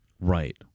Right